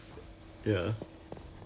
根本有那个位子的 so